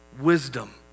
wisdom